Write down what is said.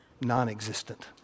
non-existent